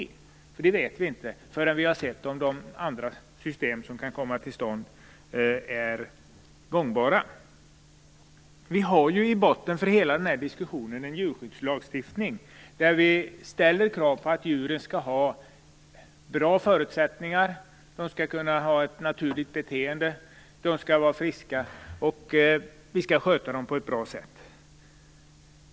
Vi vet inte hur det kommer att bli förrän vi har sett om de system som kan komma till stånd är gångbara. I botten för hela den här diskussionen har vi en djurskyddslagstiftning där vi ställer krav på att djuren skall ha goda förutsättningar. De skall kunna ha ett naturligt beteende. De skall vara friska, och vi skall sköta dem på ett bra sätt.